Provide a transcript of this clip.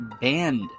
banned